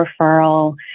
referral